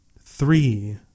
Three